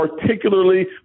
particularly